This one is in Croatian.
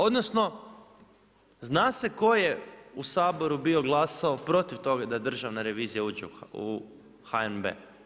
Odnosno, zna se tko je u Saboru bio glasao protiv toga da Državna revizija uđe u HNB.